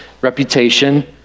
reputation